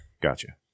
Gotcha